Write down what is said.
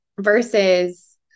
versus